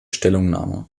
stellungnahme